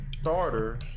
starter